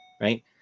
right